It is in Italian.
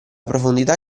profondità